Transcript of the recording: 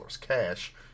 cash